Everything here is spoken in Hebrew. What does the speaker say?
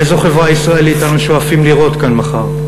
איזו חברה ישראלית אנו שואפים לראות כאן מחר.